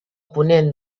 ponent